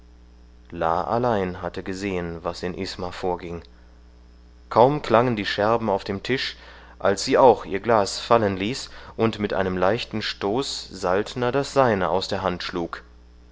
allein hatte gesehen was in isma vorging kaum klangen die scherben auf dem tisch als sie auch ihr glas fallen ließ und mit einem leichten stoß saltner das seine aus der hand schlug